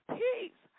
peace